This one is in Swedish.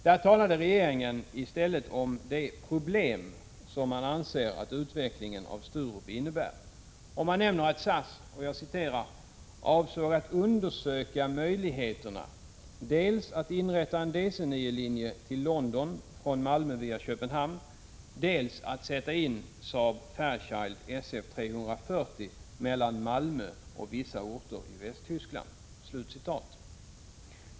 Där talade regeringen i stället om det problem som man anser att utvecklingen av Sturup innebär. Och man omnämner att SAS ”avsåg att undersöka möjligheterna dels att inrätta en DC9-linje till London från Malmö via Köpenhamn, dels att sätta in SAAB-Fairchild SF-340 mellan Malmö och vissa orter i Västtyskland”.